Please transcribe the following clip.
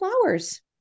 flowers